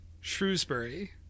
Shrewsbury